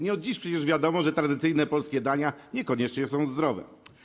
Nie od dziś przecież wiadomo, że tradycyjne polskie dania niekoniecznie są zdrowe.